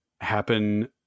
happen